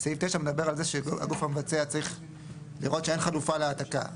שסעיף (9) מדבר על זה שהגוף המבצע צריך לראות שאין חלופה להעתקה.